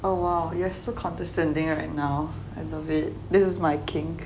oh !wow! you're so condescending right now I love it this is my kink